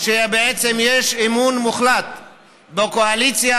שבעצם יש אמון מוחלט בקואליציה,